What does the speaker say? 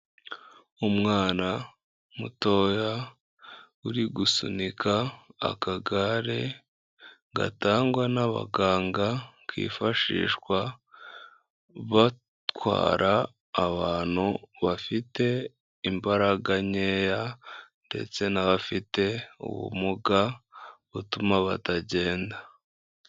Umwana mutoya uri gusunika akagare gatangwa n'abaganga kifashishwa batwara abantu bafite imbaraga nkeya ndetse n'abafite ubumuga butuma batagenda.